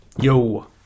Yo